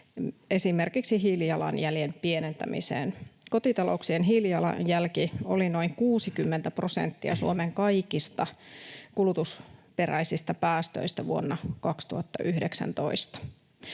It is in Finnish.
esimerkiksi hiilijalanjäljen pienentämiseen. Kotitalouksien hiilijalanjälki oli noin 60 prosenttia Suomen kaikista kulutusperäisistä päästöistä vuonna 2019.